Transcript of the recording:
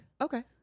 okay